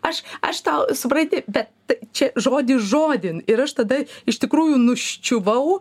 aš aš tau supranti bet čia žodis žodin ir aš tada iš tikrųjų nuščiuvau